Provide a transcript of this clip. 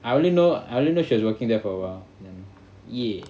I only know I only know sh was working there for awhile then ya